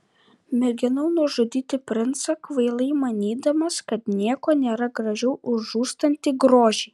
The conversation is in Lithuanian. mėginau nužudyti princą kvailai manydamas kad nieko nėra gražiau už žūstantį grožį